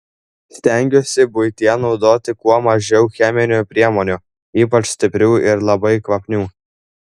stengiuosi buityje naudoti kuo mažiau cheminių priemonių ypač stiprių ir labai kvapnių